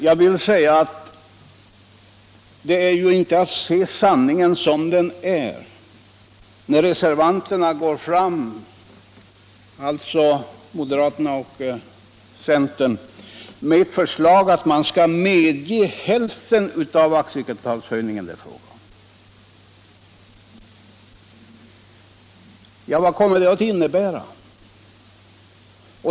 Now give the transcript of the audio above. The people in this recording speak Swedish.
Men det är ju inte att se sanningen som den är när reservanterna, alltså moderaterna och centerpartisterna, föreslår att riksdagen skall medge hälften av den aktiekapitalhöjning som det är fråga om. Vad kommer detta att innebära?